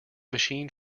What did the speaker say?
machine